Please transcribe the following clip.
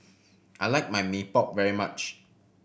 I like my Mee Pok very much